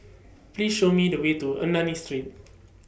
Please Show Me The Way to Ernani Street